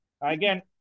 Again